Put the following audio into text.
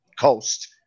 Coast